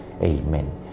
Amen